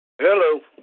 Hello